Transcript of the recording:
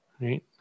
right